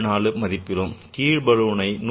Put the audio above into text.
74 மதிப்பிலும் கீழேயுள்ள பலூனை 125